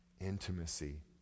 intimacy